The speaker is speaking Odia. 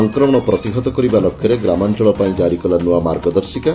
ସଂକ୍ରମଣ ପ୍ରତିହତ କରିବା ଲକ୍ଷ୍ୟରେ ଗ୍ରାମାଞ୍ଚଳ ପାଇଁ ଜାରିକଲା ନ୍ତଆ ମାର୍ଗଦର୍ଶିକା